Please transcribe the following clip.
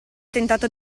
tentato